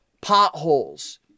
Potholes